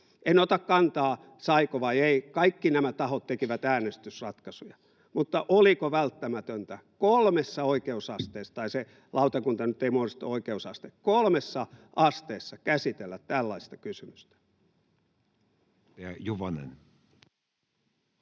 En ota kantaa, saiko vai ei, kaikki nämä tahot tekivät äänestysratkaisuja, mutta oliko välttämätöntä kolmessa oikeusasteessa — tai se lautakunta nyt ei muodollisesti ole oikeusaste — käsitellä tällaista kysymystä? [Speech